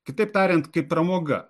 kitaip tariant kaip pramoga